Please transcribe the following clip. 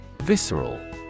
Visceral